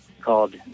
called